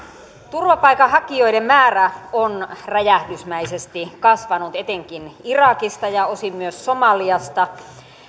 turvapaikanhakijoiden määrä on räjähdysmäisesti kasvanut etenkin irakista ja osin myös somaliasta